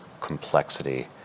complexity